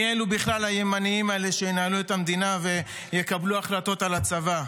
מי אלו בכלל הימנים האלה שינהלו את המדינה ויקבלו החלטות על הצבא?